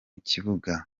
kibuga